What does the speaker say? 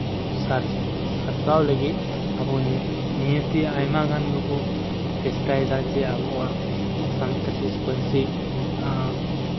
ᱥᱟᱨ ᱥᱟᱨᱥᱟᱣ ᱞᱟᱹᱜᱤᱫ ᱟᱵᱚ ᱱᱤᱭᱟᱹᱛᱮ ᱟᱭᱢᱟ ᱜᱟᱱ ᱜᱮᱵᱚ ᱪᱮᱥᱴᱟᱭᱮᱫᱟ ᱡᱮ ᱟᱵᱚᱣᱟᱜ ᱥᱟᱱᱛᱟᱞᱤ ᱯᱟᱹᱨᱥᱤ